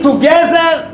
Together